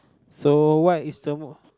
so what is the mo~